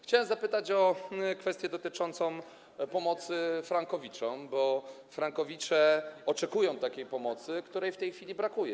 Chciałem zapytać o kwestię dotyczącą pomocy frankowiczom, bo frankowicze oczekują takiej pomocy, a jej w tej chwili brakuje.